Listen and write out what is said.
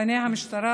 בעיני המשטרה,